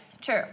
true